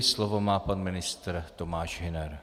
Slovo má pan ministr Tomáš Hüner.